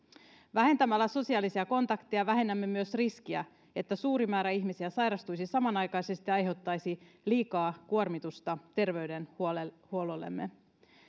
vähentämällä sosiaalisia kontakteja vähennämme myös riskiä että suuri määrä ihmisiä sairastuisi samanaikaisesti ja aiheuttaisi liikaa kuormitusta terveydenhuollollemme